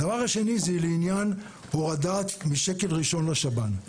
הדבר השני זה לעניין הורדת משקל ראשון לשב"ן.